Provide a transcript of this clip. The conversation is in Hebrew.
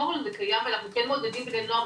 אנחנו כן מעודדים בני נוער,